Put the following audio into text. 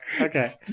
Okay